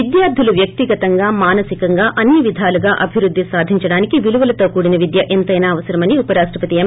విద్యార్లులు వ్వక్తిగతంగా మానసికంగా అన్ని విధాలుగా అభివృద్ధి సాధించడానికి విలుపలతో కూడిన విద్య ్రఎంతైనా అవసరమని ఉపరాష్టపత్ ఎం